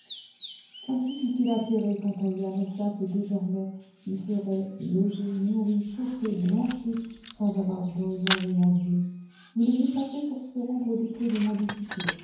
aussi fut-il atterré quand on lui annonça que désormais il serait logé nourri chauffé blanchi sans avoir besoin de mendier nous le vîmes passer pour se rendre au dépôt de mendicité